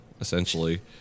essentially